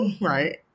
Right